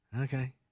Okay